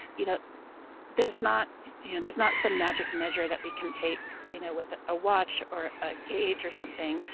you know there's not you know there's not some magic measure that we can take you know with ah a watch or a gauge or something.